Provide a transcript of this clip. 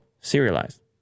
serialized